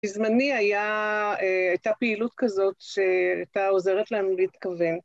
בזמני היה... הייתה פעילות כזאת שהייתה עוזרת לנו להתכוון.